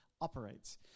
operates